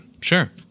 Sure